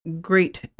great